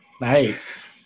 Nice